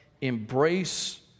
embrace